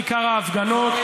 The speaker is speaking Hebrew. כיכר ההפגנות,